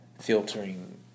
filtering